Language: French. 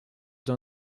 d’un